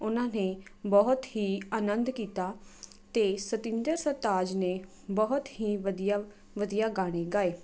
ਉਹਨਾਂ ਨੇ ਬਹੁਤ ਹੀ ਆਨੰਦ ਕੀਤਾ ਅਤੇ ਸਤਿੰਦਰ ਸਰਤਾਜ ਨੇ ਬਹੁਤ ਹੀ ਵਧੀਆ ਵਧੀਆ ਗਾਣੇ ਗਾਏ